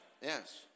yes